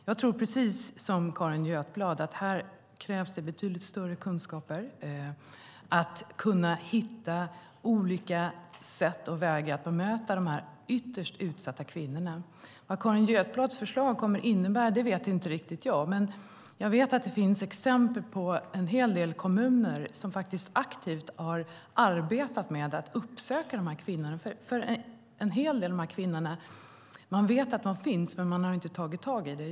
Jag tror precis som Carin Götblad att här krävs det betydligt större kunskaper för att kunna hitta olika sätt och vägar att bemöta dessa ytterst utsatta kvinnor. Vad Carin Götblads förslag kommer att innebära vet inte jag. Men jag vet att det finns exempel på en hel del kommuner som aktivt har arbetat med att uppsöka dessa kvinnor, för man vet att de finns men man har inte tagit tag i det.